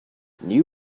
new